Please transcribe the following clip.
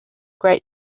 great